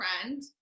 friend